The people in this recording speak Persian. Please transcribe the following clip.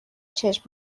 چشم